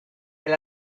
del